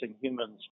humans